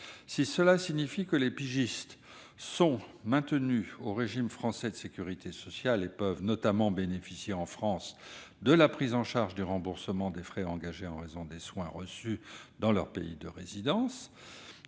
Cela signifie-t-il que les pigistes sont maintenus au régime français de sécurité sociale et qu'ils peuvent notamment bénéficier, en France, de la prise en charge ou du remboursement des frais engagés en raison des soins reçus dans leur pays de résidence